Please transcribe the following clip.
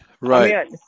Right